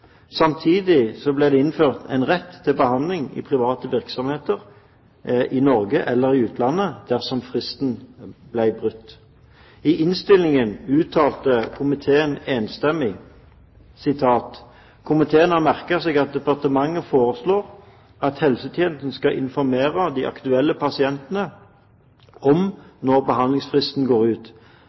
Samtidig ble det innført en rett til behandling i private virksomheter i Norge eller i utlandet, dersom fristen ble brutt. I innstillingen uttalte komiteen enstemmig: «Komiteen har merket seg at departementet foreslår at helsetjenesten skal informere de aktuelle pasientene om når behandlingsfristen går ut.